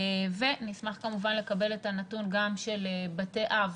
נשמח כמובן לקבל את הנתון גם של בתי אב,